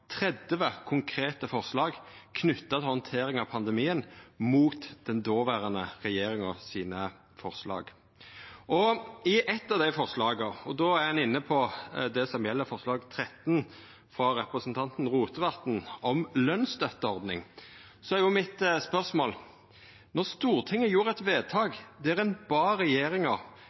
konkrete forslag knytte til handteringa av pandemien, mot forslaga frå den dåverande regjeringa. Til eitt av dei forslaga som no ligg føre – og då er me inne på forslag nr. 13, frå representanten Rotevatn, om lønsstøtteordning – stiller eg spørsmål ved dette: Når Stortinget den 19. januar 2021 gjorde eit vedtak der ein bad regjeringa